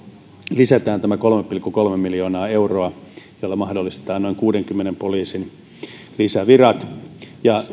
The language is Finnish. lisätään tämä kolme pilkku kolme miljoonaa euroa jolla mahdollistetaan noin kuudenkymmenen poliisin lisävirat ja